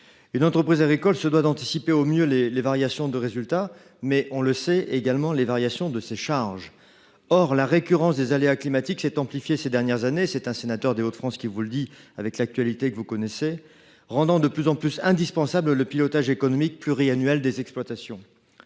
Une entreprise agricole se doit d’anticiper au mieux les variations de résultats, mais également les variations de ses charges. Malheureusement, la récurrence des aléas climatiques s’est amplifiée ces dernières années – c’est un sénateur des Hauts de France qui vous le dit –, rendant de plus en plus indispensable le pilotage économique pluriannuel des exploitations.